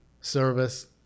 service